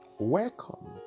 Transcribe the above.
Welcome